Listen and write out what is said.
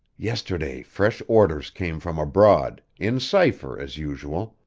yesterday fresh orders came from abroad, in cipher, as usual.